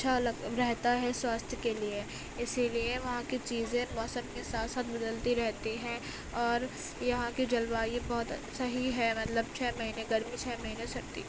اچھا لگ رہتا ہے سواستھ کے لیے اسی لیے وہاں کی چیزیں موسم کے ساتھ ساتھ بدلتی رہتی ہیں اور یہاں کے جلوایو بہت صحیح ہے مطلب چھ مہینے گرمی چھ مہینے سردی